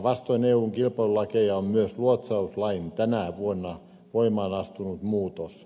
vastoin eun kilpailulakeja on myös luotsauslain tänä vuonna voimaan astunut muutos